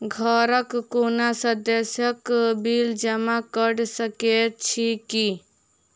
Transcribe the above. घरक कोनो सदस्यक बिल जमा कऽ सकैत छी की?